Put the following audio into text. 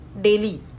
daily